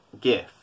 gift